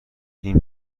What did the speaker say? این